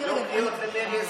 לא קריאות לאלימות,